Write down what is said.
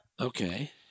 Okay